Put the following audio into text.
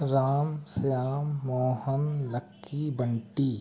Ram Shyam Mohan Lucky Bunty